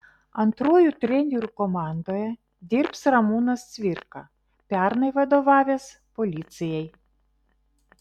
antruoju treneriu komandoje dirbs ramūnas cvirka pernai vadovavęs policijai